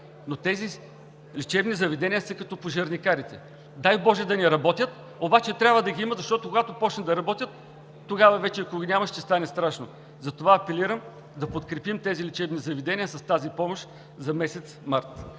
Тези лечебни заведения са като пожарникарите – дай боже, да не работят, обаче трябва да ги има, защото когато почнат да работят, тогава вече, ако ги няма, ще стане страшно. За това апелирам да подкрепим тези лечебни заведения с помощта за месец март.